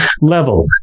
level